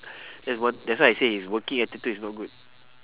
that's one that's why I say his working attitude is no good